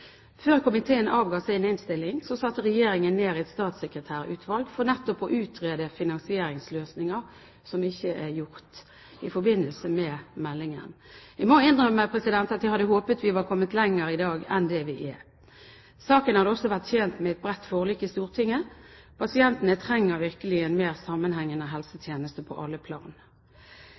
Før komiteen avga sin innstilling, satte Regjeringen ned et statssekretærutvalg for nettopp å utrede finansieringsløsninger, som ikke er gjort i forbindelse med meldingen. Jeg må innrømme at jeg hadde håpet vi var kommet lenger i dag enn det vi er. Saken hadde også vært tjent med et bredt forlik i Stortinget. Pasientene trenger virkelig en mer sammenhengende helsetjeneste på alle plan.